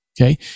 okay